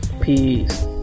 Peace